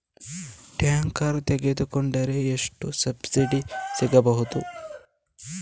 Tractor ತೊಕೊಂಡರೆ ಎಷ್ಟು subsidy ಸಿಗಬಹುದು?